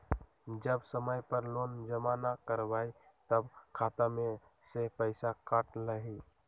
जब समय पर लोन जमा न करवई तब खाता में से पईसा काट लेहई?